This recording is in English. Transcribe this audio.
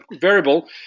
variable